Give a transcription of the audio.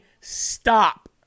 stop